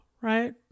right